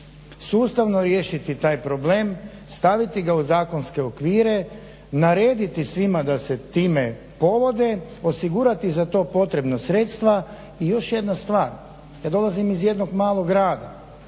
sustavno riješiti taj problem, staviti ga u zakonske okvire, narediti svima da se time povode, osigurati za potrebna sredstva. I još jedna stvar, ja dolazim iz jednog malog grada